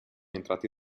entrati